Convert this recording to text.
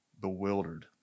bewildered